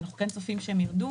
ואנחנו כן צופים שהם ירדו,